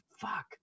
fuck